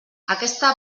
aquesta